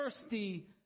thirsty